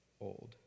old